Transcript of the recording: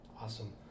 Awesome